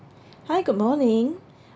hi good morning